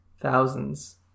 Thousands